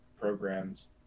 programs